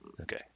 Okay